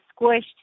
squished